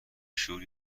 شور